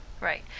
right